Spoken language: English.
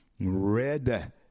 Red